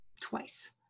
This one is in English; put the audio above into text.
twice